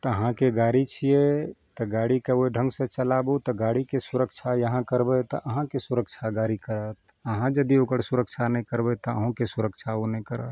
तऽ अहाँके गाड़ी छियै तऽ गाड़ीके ओइ ढङ्गसँ चलाबू तऽ गाड़ीके सुरक्षा अहाँ करबय तऽ अहाँके सुरक्षा गाड़ी करत अहाँ यदि ओकर सुरक्षा नहि करबय तऽ अहूँ के सुरक्षा ओ नहि करत